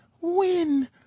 Win